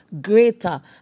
greater